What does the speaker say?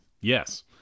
Yes